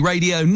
Radio